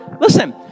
listen